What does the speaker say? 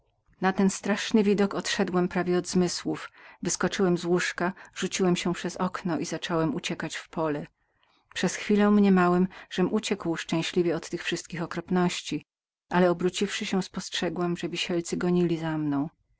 na ten straszny widok odszedłem prawie od zmysłów wyskoczyłem z łoża rzuciłem się przez okno i zacząłem uciekać w pole przez chwilę mniemałem żem uciekł szczęśliwie od tych wszystkich okropności ale obróciwszy się spostrzegłem że wisielcy gonili za mną